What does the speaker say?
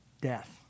death